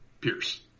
Pierce